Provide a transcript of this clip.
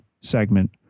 segment